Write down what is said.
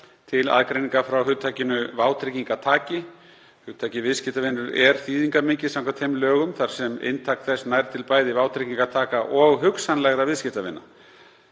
til aðgreiningar frá hugtakinu vátryggingartaki. Hugtakið viðskiptavinur er þýðingarmikið samkvæmt þeim lögum þar sem inntak þess nær til bæði vátryggingataka og hugsanlegra viðskiptavina,